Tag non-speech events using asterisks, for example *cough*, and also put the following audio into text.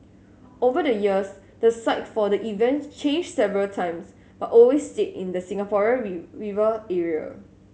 over the years the site for the event changed several times but always stayed in the Singapore *unintelligible* River area